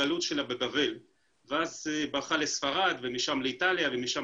הגלות שלה בבבל ואז ברחה לספרד ומשם לאיטליה ומשם